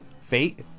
Fate